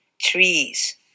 Trees